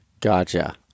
gotcha